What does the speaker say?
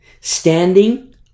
Standing